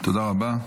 תודה רבה.